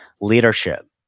leadership